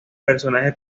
personaje